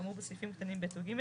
כאמור בסעיפים קטנים (ב) או (ג)